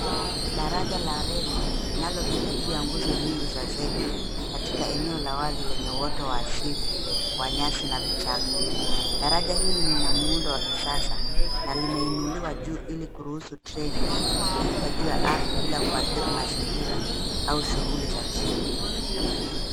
Daraja la relli nalopita juu ya nguzo nyingi za zege katika eneo la wazi lenye uoto wa asili, wa nyasi na vichaka. Daraja hili lina mundo wa kisasa na limainuliwa juu ili kurusu treni kupita juu ya ardhi bila kuathiri mazingira au shuguli za chini.